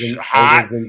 hot